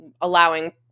allowing